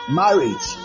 marriage